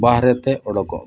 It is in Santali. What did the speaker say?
ᱵᱟᱦᱨᱮᱛᱮ ᱚᱰᱚᱠᱚᱜᱢᱮ